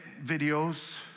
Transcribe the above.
videos